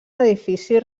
edifici